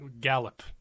Gallop